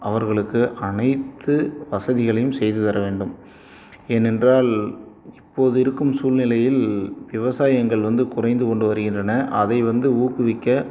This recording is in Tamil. அவர்களுக்கு அனைத்து வசதிகளையும் செய்து தர வேண்டும் ஏனென்றால் இப்போது இருக்கும் சூழ்நிலையில் விவசாயங்கள் வந்து குறைந்துக்கொண்டு வருகின்றன அதை வந்து ஊக்குவிக்க